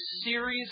series